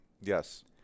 Yes